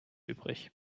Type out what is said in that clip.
übrig